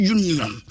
Union